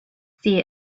see